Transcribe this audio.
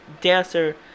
dancer